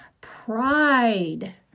Pride